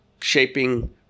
shaping